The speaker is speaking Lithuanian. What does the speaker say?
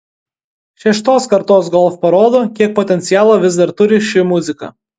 šeštos kartos golf parodo kiek potencialo vis dar turi ši muzika